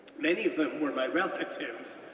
many of them were my relatives,